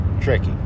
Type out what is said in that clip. tricky